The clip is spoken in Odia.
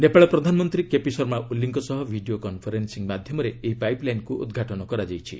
ନେପାଳ ପ୍ରଧାନମନ୍ତ୍ରୀ କେପି ଶର୍ମା ଓଲିଙ୍କ ସହ ଭିଡ଼ିଓ କନ୍ଫରେନ୍ସିଂ ମାଧ୍ୟମରେ ଏହି ପାଇପ୍ ଲାଇନ୍କୁ ଉଦ୍ଘାଟନ କରାଯାଇଛି